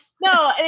No